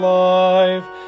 life